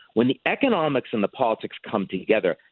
when the economics and the politics come together,